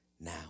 now